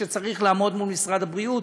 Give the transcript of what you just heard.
שצריך לעמוד מול משרד הבריאות.